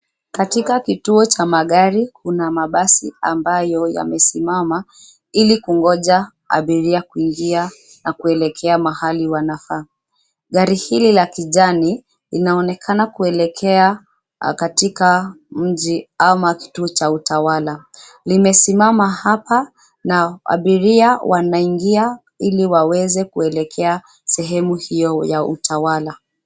Katika kituo cha magari, kuna mabasi ambayo yamesimama ili kungoja abiria kuingia na kuelekea mahali wanafaa. Gari hili la kijani, linaonekana kuelekea katika mji ama kituo cha utawala . Limesimama hapa, na abiria wanaingia ili waweze kuelekea sehemu hiyo ya utawala.